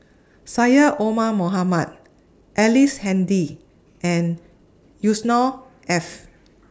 Syed Omar Mohamed Ellice Handy and Yusnor Ef